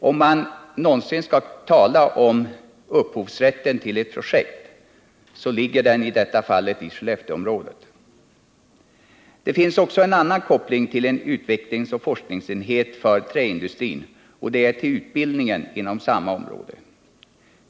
Om man någonsin kan tala om upphovsrätten till ett projekt, ligger den i detta fall i Skellefteområdet. Det finns också en annan koppling till en utvecklingsoch forskningsenhet för träindustrin, nämligen till utbildningen inom samma område.